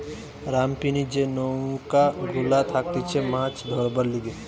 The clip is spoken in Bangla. রামপিনি যে নৌকা গুলা থাকতিছে মাছ ধরবার লিগে